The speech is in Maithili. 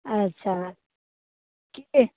अच्छा की